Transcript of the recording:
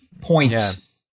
points